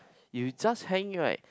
you just hang right